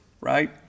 right